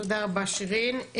תודה רבה, שירין.